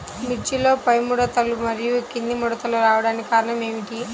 మిర్చిలో పైముడతలు మరియు క్రింది ముడతలు రావడానికి కారణం ఏమిటి?